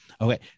Okay